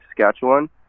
Saskatchewan